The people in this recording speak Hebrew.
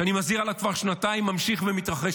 שאני מזהיר ממנו כבר שנתיים, ממשיך ומתרחש.